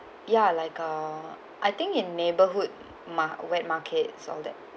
ya like err I think in neighbourhood mar~ wet markets all that